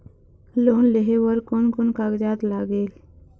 Loan लेहे बर कोन कोन कागजात लागेल?